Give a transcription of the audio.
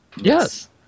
Yes